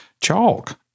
chalk